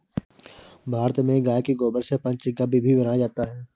भारत में गाय के गोबर से पंचगव्य भी बनाया जाता है